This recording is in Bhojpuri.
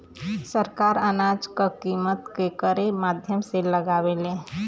सरकार अनाज क कीमत केकरे माध्यम से लगावे ले?